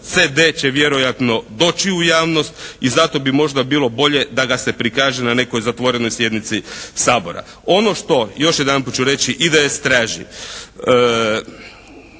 CD će vjerojatno doći u javnost i zato bi možda bilo bolje da ga se prikaže na nekoj zatvorenoj sjednici Sabora. Ono što, još jedanput ću reći, IDS traži,